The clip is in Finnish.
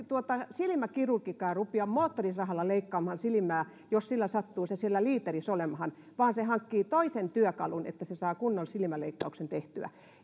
silimäkirurgikaan rupia moottorisahalla leikkaamaan silimää jos sillä sattuu se siellä liiteris olemahan vaan se hankkii toisen työkalun että se saa kunnon silimäleikkauksen tehtyä